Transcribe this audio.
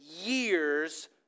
Years